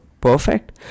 Perfect